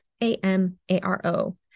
A-M-A-R-O